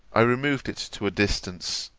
i removed it to a distance,